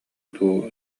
дуу